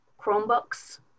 Chromebooks